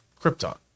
krypton